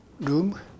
Room